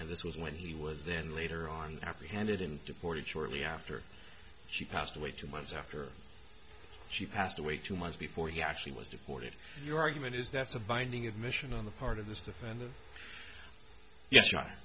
and this was when he was then later on after handed and deported shortly after she passed away two months after she passed away two months before he actually was deported your argument is that's a binding admission on the part of this defendant yes y